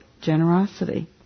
generosity